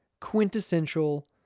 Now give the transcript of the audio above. quintessential